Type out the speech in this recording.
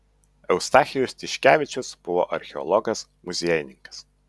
eustachijus tiškevičius buvo archeologas muziejininkas